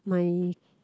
my